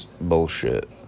bullshit